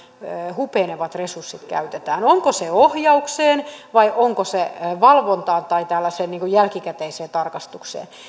hupenevat resurssit käytetään onko se ohjaukseen vai onko se valvontaan tällaiseen niin kuin jälkikäteiseen tarkastukseen